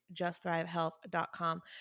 justthrivehealth.com